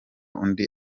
n’undi